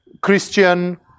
Christian